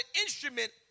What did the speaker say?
instrument